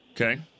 Okay